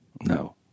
No